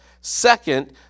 Second